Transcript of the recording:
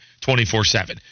24-7